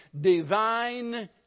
divine